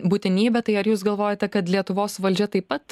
būtinybę tai ar jūs galvojate kad lietuvos valdžia taip pat